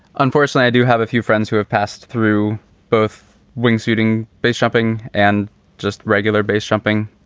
unfortunately, i do have a few friends who have passed through both wings eating base shopping and just regular base jumping.